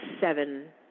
seven